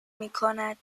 میکند